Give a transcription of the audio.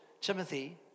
Timothy